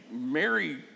Mary